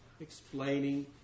Explaining